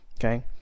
Okay